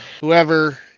whoever